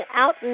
out